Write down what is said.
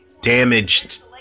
damaged